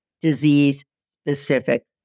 disease-specific